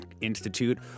Institute